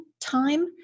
time